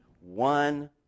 one